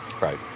Right